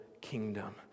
kingdom